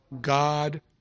God